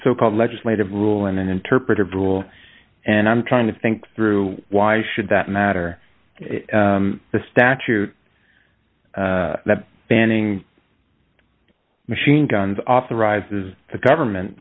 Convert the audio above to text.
so called legislative rule in an interpretive rule and i'm trying to think through why should that matter the statute that banning machine guns authorizes the government